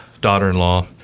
daughter-in-law